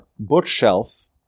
Bookshelf